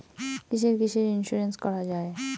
কিসের কিসের ইন্সুরেন্স করা যায়?